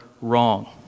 wrong